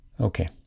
Okay